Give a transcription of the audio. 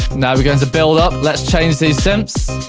now we're going to build up, let's change these synths.